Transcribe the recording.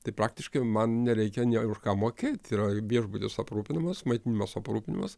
tai praktiškai man nereikia nėr už ką mokėt tai yra viešbutis aprūpinimas maitinimas aprūpinimas